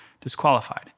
disqualified